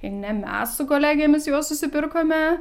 ne mes su kolegėmis juos susipirkome